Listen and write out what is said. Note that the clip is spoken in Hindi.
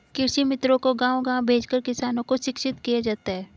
कृषि मित्रों को गाँव गाँव भेजकर किसानों को शिक्षित किया जाता है